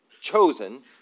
chosen